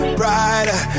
brighter